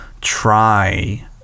try